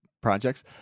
projects